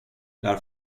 där